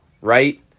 right